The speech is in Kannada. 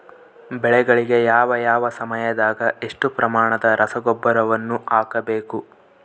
ಬೆಳೆಗಳಿಗೆ ಯಾವ ಯಾವ ಸಮಯದಾಗ ಎಷ್ಟು ಪ್ರಮಾಣದ ರಸಗೊಬ್ಬರವನ್ನು ಹಾಕಬೇಕು?